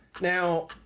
Now